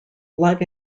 live